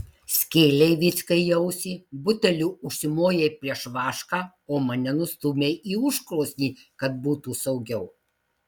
skėlei vyckai į ausį buteliu užsimojai prieš vašką o mane nustūmei į užkrosnį kad būtų saugiau